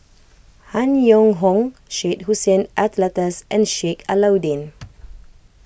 Han Yong Hong Syed Hussein Alatas and Sheik Alau'ddin